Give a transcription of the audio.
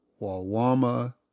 Wawama